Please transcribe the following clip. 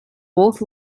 both